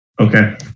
Okay